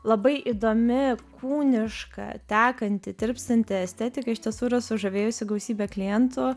labai įdomi kūniška tekanti tirpstanti estetika iš tiesų yra sužavėjusi gausybę klientų